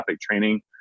training